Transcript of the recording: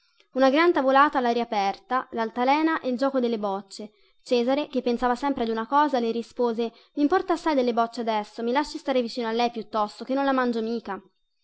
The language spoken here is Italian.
una gran tavolata allaria aperta laltalena e il giuoco delle bocce cesare che pensava sempre ad una cosa le rispose mimporta assai delle bocce adesso mi lasci stare vicino a lei piuttosto chè non la mangio mica